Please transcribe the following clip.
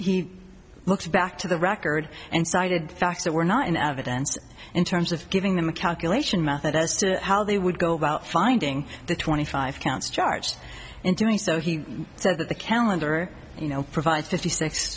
he looks back to the record and cited facts that were not in evidence in terms of giving them a calculation method as to how they would go about finding the twenty five counts charged in doing so he said that the calendar you know provides fifty six